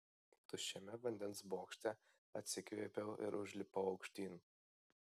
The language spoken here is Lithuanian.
tuščiame vandens bokšte atsikvėpiau ir užlipau aukštyn